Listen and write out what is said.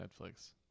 Netflix